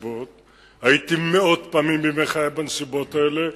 הייתי מאות פעמים בימי חיי בנסיבות האלה,